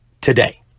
today